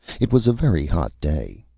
it was a very hot day.